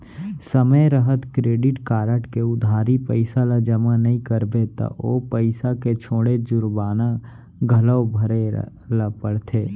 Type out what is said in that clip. समे रहत credit card के उधारी पइसा ल जमा नइ करबे त ओ पइसा के छोड़े जुरबाना घलौ भरे ल परथे